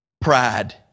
Pride